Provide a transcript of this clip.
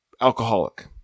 alcoholic